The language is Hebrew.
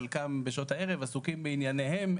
חלקם בשעות הערב עסוקים בענייניהם,